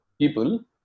people